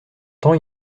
temps